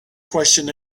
question